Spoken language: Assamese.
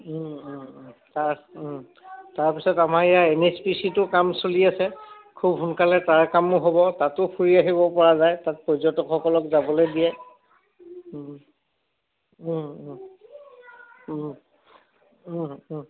তাৰ তাৰপিছত আমাৰ ইয়াৰ এন এছ পিচিটো কাম চলি আছে খুব সোনকালে তাৰ কামো হ'ব তাতো ফুৰি আহিব পৰা যায় তাত পৰ্যটকসকলক যাবলে দিয়ে